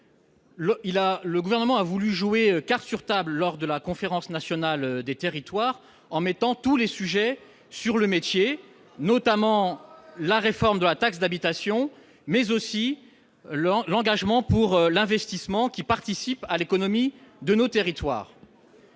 Le Gouvernement a voulu jouer cartes sur table lors de la Conférence nationale des territoires en mettant tous les sujets sur le métier, notamment la réforme de la taxe d'habitation, mais aussi l'investissement, qui participe à l'économie de nos territoires.